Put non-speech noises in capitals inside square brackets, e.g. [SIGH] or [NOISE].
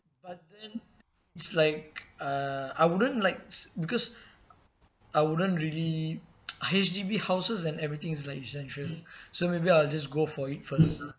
but then it's like uh I wouldn't like s~ because I wouldn't really [NOISE] H_D_B houses and everything is like essential [BREATH] so maybe I'll just go for it first